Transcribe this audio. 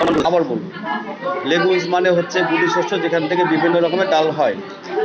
legumes মানে হচ্ছে গুটি শস্য যেখান থেকে বিভিন্ন রকমের ডাল হয়